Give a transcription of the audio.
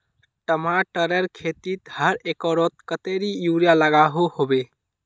टमाटरेर खेतीत हर एकड़ोत कतेरी यूरिया लागोहो होबे?